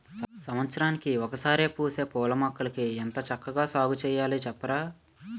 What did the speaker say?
సంవత్సరానికి ఒకసారే పూసే పూలమొక్కల్ని ఎంత చక్కా సాగుచెయ్యాలి సెప్పరా?